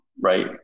right